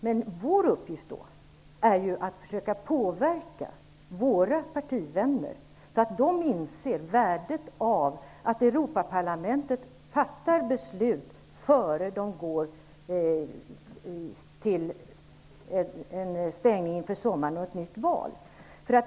Men vår uppgift är då att försöka påverka våra partivänner, så att de inser värdet av att Europaparlamentet fattar beslut innan man stänger för sommaren och har ett nytt val.